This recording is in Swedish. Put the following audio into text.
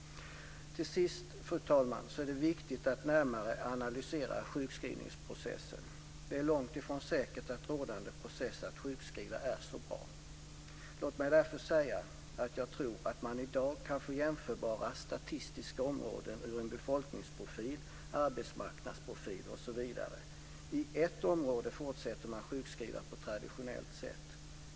Till sist, fru talman, är det viktigt att närmare analysera sjukskrivningsprocessen. Det är långtifrån säkert att rådande process att sjukskriva är så bra. Låt mig därför säga att jag tror att man i dag kan få jämförbara statistiska områden ur en befolkningsprofil, arbetsmarknadsprofil, osv. I ett område fortsätter man att sjukskriva på traditionellt sätt.